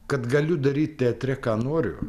kad galiu daryt teatre ką noriu